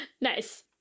Nice